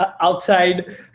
outside